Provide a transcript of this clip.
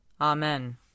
Amen